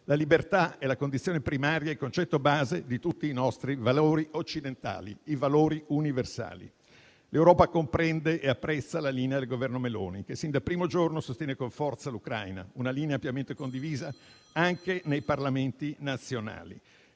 La libertà è la condizione primaria, il concetto base di tutti i nostri valori occidentali, i valori universali. L'Europa comprende e apprezza la linea del Governo Meloni, che sin dal primo giorno sostiene con forza l'Ucraina, una linea ampiamente condivisa anche nei Parlamenti nazionali.